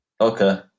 Okay